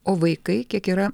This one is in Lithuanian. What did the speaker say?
o vaikai kiek yra